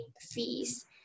fees